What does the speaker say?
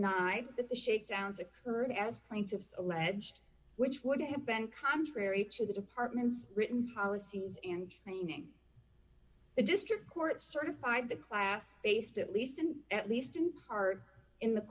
tonight the shakedowns occurred as plaintiffs alleged which would have been contrary to the department's written policies and training the district court certified the class based at least in at least in part in the